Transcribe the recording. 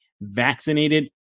vaccinated